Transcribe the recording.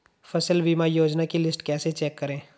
फसल बीमा योजना की लिस्ट कैसे चेक करें?